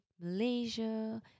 Malaysia